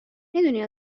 میدونی